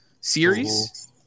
series